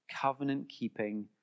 covenant-keeping